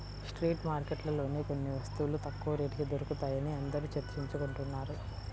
street మార్కెట్లలోనే కొన్ని వస్తువులు తక్కువ రేటుకి దొరుకుతాయని అందరూ చర్చించుకుంటున్నారు